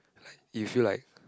like you feel like